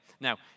Now